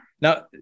Now